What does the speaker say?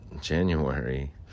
January